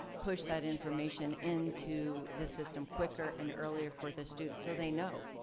push that information into the system quicker and earlier for the student so they know.